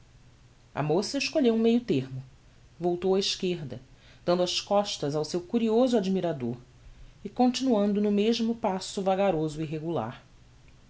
a moça escolheu um meio termo voltou á esquerda dando as costas ao seu curioso admirador e continuando no mesmo passo vagaroso